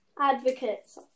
Advocates